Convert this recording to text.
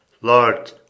Lord